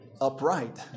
Upright